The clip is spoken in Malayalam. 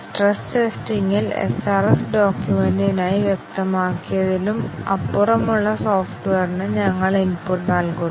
സ്ട്രെസ് ടെസ്റ്റിംഗിൽ SRS ഡോക്യുമെന്റിനായി വ്യക്തമാക്കിയതിലും അപ്പുറമുള്ള സോഫ്റ്റ്വെയറിന് ഞങ്ങൾ ഇൻപുട്ട് നൽകുന്നു